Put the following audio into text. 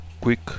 quick